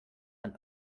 than